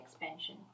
expansion